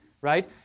right